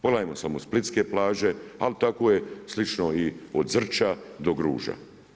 Pogledajmo samo splitske plaže, ali tako je slično i od Zrća do Gruža.